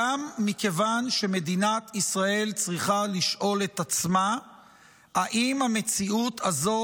גם מכיוון שמדינת ישראל צריכה לשאול את עצמה אם המציאות הזו